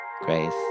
grace